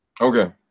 Okay